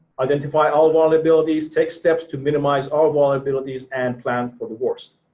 identify all vulnerabilities. take steps to minimize all vulnerabilities and plan for the worst.